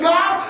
God